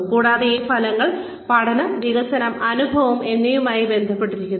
കൂടാതെ ഈ ഫലങ്ങൾ പഠനം വികസനം അനുഭവം എന്നിവയുമായി ബന്ധപ്പെട്ടിരിക്കുന്നു